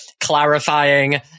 clarifying